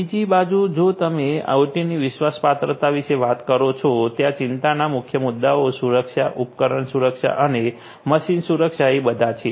બીજી બાજુ જો તમે ઓટીની વિશ્વાસપાત્રતા વિશે વાત કરો તો ત્યાં ચિંતાના મુખ્ય મુદ્દાઓ સુરક્ષા ઉપકરણ સુરક્ષા અને મશીન સુરક્ષા એ બધા છે